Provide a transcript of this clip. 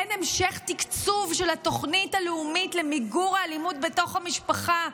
אין המשך תקצוב של התוכנית הלאומית למיגור האלימות בתוך המשפחה,